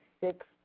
six